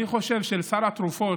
אני חושב שסל התרופות,